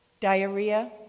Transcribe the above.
diarrhea